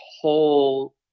whole